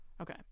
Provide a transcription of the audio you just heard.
okay